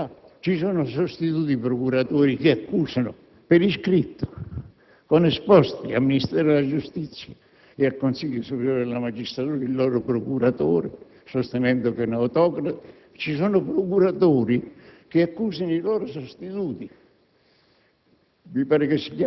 di un'altra città; vi sono sostituiti procuratori che accusano per iscritto, con esposti al Ministero della giustizia e al Consiglio superiore della magistratura, il proprio procuratore, sostenendo che è un autocrate; vi sono procuratori che accusano i propri sostituti.